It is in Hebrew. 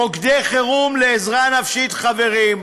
מוקדי חירום לעזרה נפשית, חברים,